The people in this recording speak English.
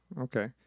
Okay